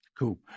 Cool